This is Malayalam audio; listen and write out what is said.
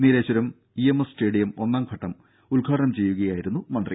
Nileshwaram E M S stadium ഒന്നാം ഘട്ടം ഉദ്ഘാടനം ചെയ്യുകയായിരുന്നു മന്ത്രി